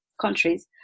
countries